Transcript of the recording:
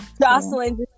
Jocelyn